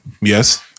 Yes